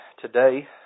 Today